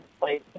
place